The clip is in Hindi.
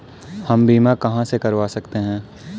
हम बीमा कहां से करवा सकते हैं?